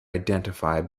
identify